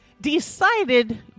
decided